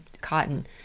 cotton